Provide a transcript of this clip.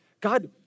God